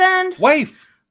Wife